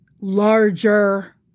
larger